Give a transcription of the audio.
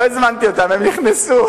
לא הזמנתי אותם, הם נכנסו.